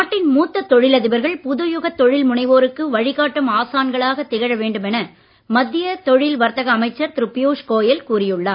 நாட்டின் மூத்த தொழிலதிபர்கள் புது யுகத் தொழில் முனைவோருக்கு வழிகாட்டும் ஆசான்களாகத் திகழ வேண்டுமென மத்திய தொழில் வர்த்தக அமைச்சர் திரு பியூஷ் கோயல் கூறி உள்ளார்